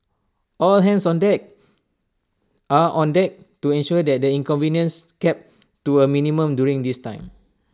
all hands on deck are on deck to ensure that the inconvenience kept to A minimum during this time